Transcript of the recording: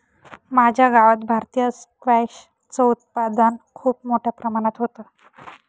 माझ्या गावात भारतीय स्क्वॅश च उत्पादन खूप मोठ्या प्रमाणात होतं